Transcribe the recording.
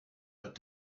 but